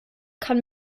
kann